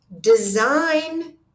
design